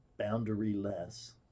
boundary-less